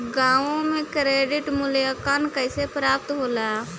गांवों में क्रेडिट मूल्यांकन कैसे प्राप्त होला?